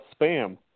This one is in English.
spam